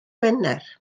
wener